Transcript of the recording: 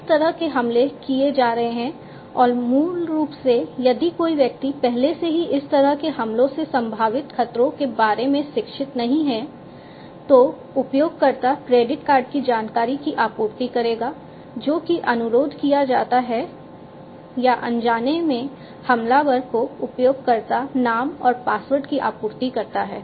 इस तरह के हमले किए जा रहे हैं और मूल रूप से यदि कोई व्यक्ति पहले से ही इस तरह के हमलों से संभावित खतरों के बारे में शिक्षित नहीं है तो उपयोगकर्ता क्रेडिट कार्ड की जानकारी की आपूर्ति करेगा जो कि अनुरोध किया जाता है या अनजाने में हमलावर को उपयोगकर्ता नाम और पासवर्ड की आपूर्ति करता है